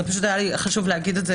פשוט היה לי חשוב להגיד את זה,